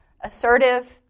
assertive